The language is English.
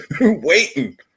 waiting